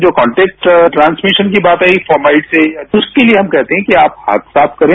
जो contact transmission की बात आई फाउमलिटी की तो उसके लिए हम कहते हैं कि आप हाथ साफ करें